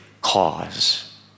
cause